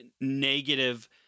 negative